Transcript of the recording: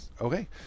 Okay